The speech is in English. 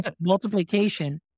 multiplication